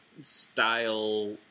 style